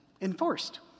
enforced